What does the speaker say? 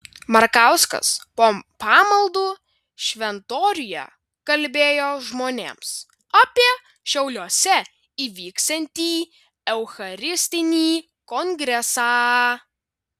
markauskas po pamaldų šventoriuje kalbėjo žmonėms apie šiauliuose įvyksiantį eucharistinį kongresą